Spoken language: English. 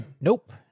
Nope